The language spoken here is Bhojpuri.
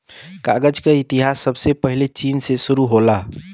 कागज क इतिहास सबसे पहिले चीन से शुरु होला